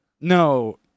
No